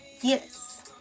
Yes